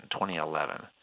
2011